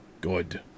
Good